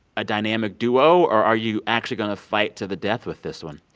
a dynamic duo? or are you actually going to fight to the death with this one?